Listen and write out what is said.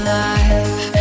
life